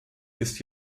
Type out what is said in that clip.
ist